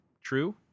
True